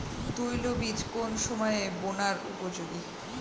তৈলবীজ কোন সময়ে বোনার উপযোগী?